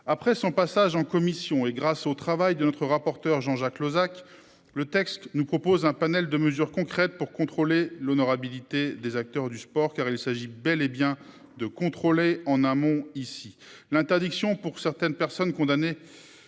après son passage en commission et grâce au travail de notre rapporteur Jean-Jacques Lozach. Le texte nous propose un panel de mesures concrètes pour contrôler l'honorabilité des acteurs du sport car il s'agit bel et bien de contrôler en amont. Ici, l'interdiction pour certaines personnes condamnées.